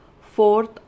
fourth